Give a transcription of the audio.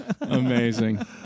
Amazing